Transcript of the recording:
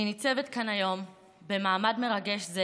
אני ניצבת כאן היום במעמד מרגש זה